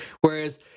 Whereas